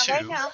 two